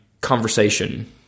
conversation